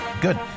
Good